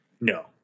No